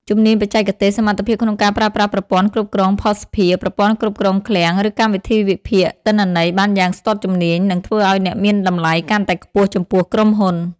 ជំនាញបច្ចេកទេស សមត្ថភាពក្នុងការប្រើប្រាស់ប្រព័ន្ធគ្រប់គ្រងភស្តុភារ ប្រព័ន្ធគ្រប់គ្រងឃ្លាំង ឬកម្មវិធីវិភាគទិន្នន័យបានយ៉ាងស្ទាត់ជំនាញ នឹងធ្វើឱ្យអ្នកមានតម្លៃកាន់តែខ្ពស់ចំពោះក្រុមហ៊ុន។